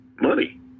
Money